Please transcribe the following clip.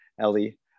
Ellie